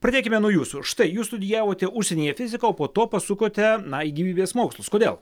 pradėkime nuo jūsų štai jūs studijavote užsienyje fiziką o po to pasukote na į gyvybės mokslus kodėl